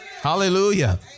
Hallelujah